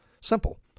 Simple